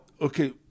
okay